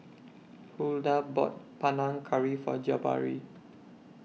Huldah bought Panang Curry For Jabari